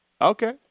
Okay